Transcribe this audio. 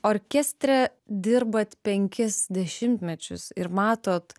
orkestre dirbat penkis dešimtmečius ir matot